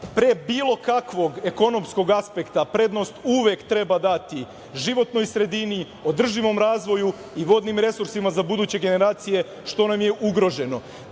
pre bilo kakvog ekonomskog aspekta, prednost uvek treba dati životnoj sredini, održivom razvoju i vodnim resursima za buduće generacije, što nam je ugroženo.